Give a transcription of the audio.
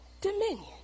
dominion